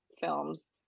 Films